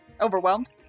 Overwhelmed